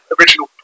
original